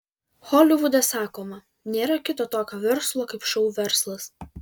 holivude sakoma nėra kito tokio verslo kaip šou verslas